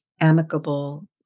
amicable